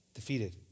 defeated